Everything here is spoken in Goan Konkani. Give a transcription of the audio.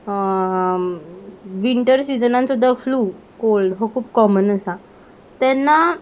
विंटर सिजनान सुद्दां फ्लू कोल्ड हो खूब कॉमन आसा तेन्ना